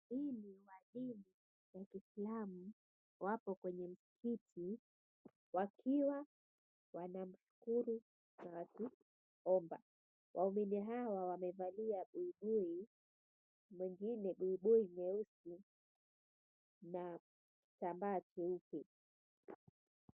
Waumini wa dini ya Kiislamu wapo kwenye msikiti wakiwa wanamshukuru na kuomba. Waumini hawa wamevalia buibui; mwingine buibui nyeusi na kitambaa cheupe.